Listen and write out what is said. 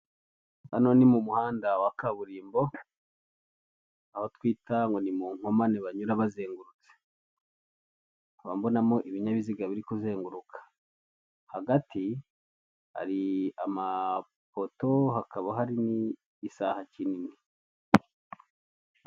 Icyapa kiriho amafoto atatu magufi y'abagabo babiri uwitwa KABUGA n 'uwitwa BIZIMANA bashakishwa kubera icyaha cya jenoside yakorewe abatutsi mu Rwanda.